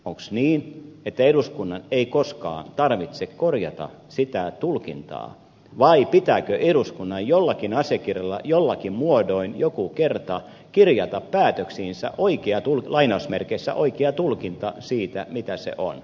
onko niin että eduskunnan ei koskaan tarvitse korjata sitä tulkintaa vai pitääkö eduskunnan jollakin asiakirjalla jollakin muodoin joku kerta kirjata päätöksiinsä lainausmerkeissä oikea tulkinta siitä mitä se on